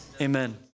amen